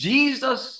Jesus